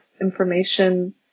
information